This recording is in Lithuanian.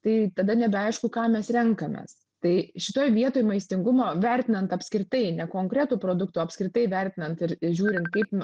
tai tada nebeaišku ką mes renkamės tai šitoj vietoj maistingumo vertinant apskritai ne konkretų produktą o apskritai vertinant ir žiūrint kaip